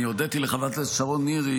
אני הודיתי לחברת הכנסת שרון ניר,